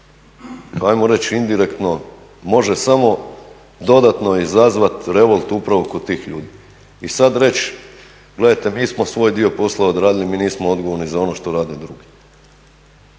da ajmo reći indirektno može samo dodatno izazvat revolt upravo kod tih ljudi i sad reći gledajte mi smo svoj dio posla odradili mi nismo odgovorni za ono što rade drugi.